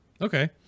Okay